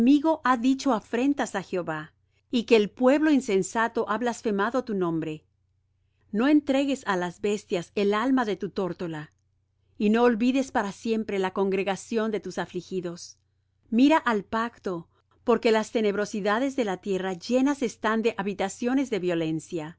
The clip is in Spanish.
ha dicho afrentas á jehová y que el pueblo insensato ha blasfemado tu nombre no entregues á las bestias el alma de tu tórtola y no olvides para siempre la congregación de tus afligidos mira al pacto porque las tenebrosidades de la tierra llenas están de habitaciones de violencia